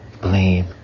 blame